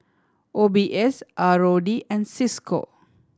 O B S R O D and Cisco